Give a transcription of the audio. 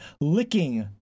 Licking